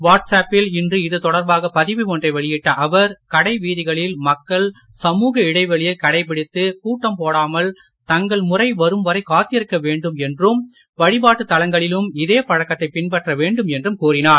வாட்ஸ்அப்பில் இன்று இது தொடர்பாக பதிவு ஒன்றை வெளியிட்ட அவர் கடைவீதிகளில் மக்கள் சமூக இடைவெளியை கடைபிடித்து கூட்டம் போடாமல் தங்கள் முறை வரும் வரை காத்திருக்க வேண்டும் என்றும் வழிபாட்டுத் தலங்களிலும் இதே பழக்கத்தை பின்பற்ற வேண்டும் என்றும் கூறினார்